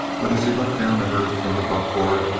but as he looked down at her from the buckboard,